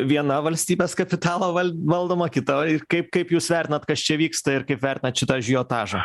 viena valstybės kapitalo val valdoma kitoj kaip kaip jūs vertinat kas čia vyksta ir kaip vertinat šitą ažiotažą